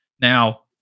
Now